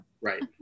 Right